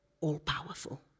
all-powerful